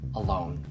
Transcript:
alone